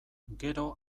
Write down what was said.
gero